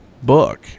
book